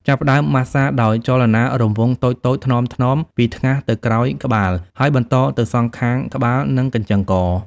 ចាប់ផ្តើមម៉ាស្សាដោយចលនារង្វង់តូចៗថ្នមៗ ពីថ្ងាសទៅក្រោយក្បាល ហើយបន្តទៅសងខាងក្បាល និងកញ្ចឹងក។